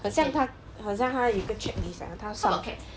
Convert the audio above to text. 很像他好像他有一个 checklist 将他 sort of